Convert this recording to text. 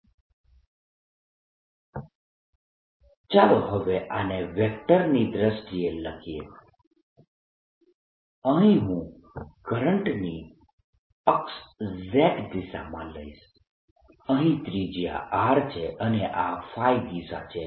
B0n I ચાલો હવે આને વેક્ટરની દ્રષ્ટિએ લખીએ અહીં હું કરંટની અક્ષ z દિશામાં લઈશ અહીં ત્રિજ્યા R છે અને આ દિશા છે